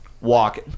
walk